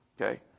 Okay